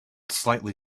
slightly